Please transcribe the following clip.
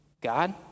God